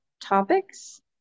topics